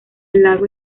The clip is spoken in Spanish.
lago